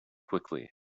quickly